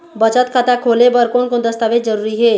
बचत खाता खोले बर कोन कोन दस्तावेज जरूरी हे?